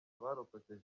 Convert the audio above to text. abarokotse